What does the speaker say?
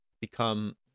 become